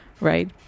right